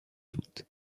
doutes